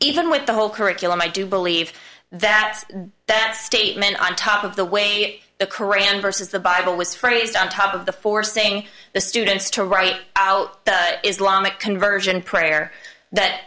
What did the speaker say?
even with the whole curriculum i do believe that that statement on top of the way the qur'an verses the bible was phrased on top of the four saying the students to write out the islamic conversion prayer that